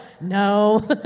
No